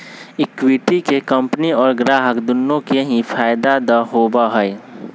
equity के company और ग्राहक दुन्नो के ही फायद दा होबा हई